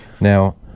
Now